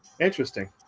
Interesting